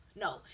no